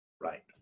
Right